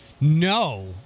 No